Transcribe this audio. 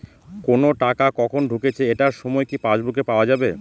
কোনো টাকা কখন ঢুকেছে এটার সময় কি পাসবুকে পাওয়া যাবে?